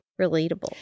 Relatable